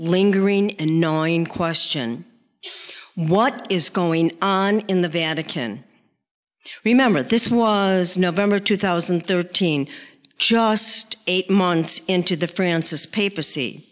lingering and knowing question what is going on in the vatican remember this was november two thousand and thirteen just eight months into the francis pap